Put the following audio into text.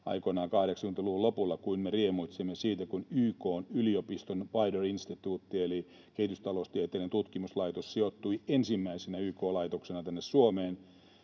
aikoinaan 80-luvun lopulla, kun me riemuitsimme siitä, kun YK:n yliopiston Wider-instituutti eli kehitystaloustieteellinen tutkimuslaitos sijoittui ensimmäisenä YK-laitoksena tänne Suomeen.